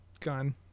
gun